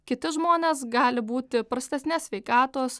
kiti žmonės gali būti prastesnės sveikatos